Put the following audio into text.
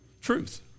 truth